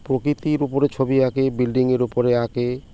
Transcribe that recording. প্রকৃতির উপরে ছবি আঁকে বিল্ডিংয়ের ওপরে আঁকে